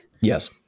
Yes